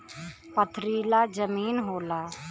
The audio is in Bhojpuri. पथरीला जमीन होला